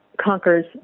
conquers